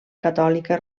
catòlica